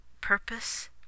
Purpose